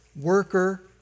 worker